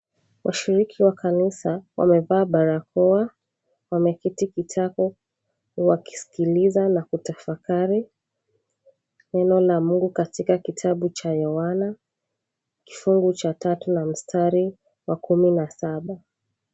Washiriki wa kanisa wamevaa barakoa. Wameketi kitako wakisikiliza na kutafakari neno la mungu katika kitabu cha Yohana kifungu cha tatu na mstari wa kumi ni saba.